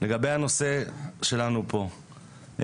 לגבי הנושא שלנו פה,